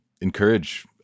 encourage